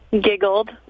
giggled